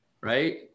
right